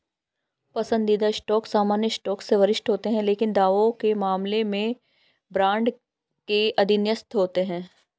पसंदीदा स्टॉक सामान्य स्टॉक से वरिष्ठ होते हैं लेकिन दावों के मामले में बॉन्ड के अधीनस्थ होते हैं